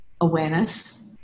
awareness